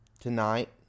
tonight